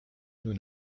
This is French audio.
nous